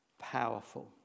Powerful